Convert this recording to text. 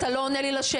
אתה לא עונה לי לשאלה.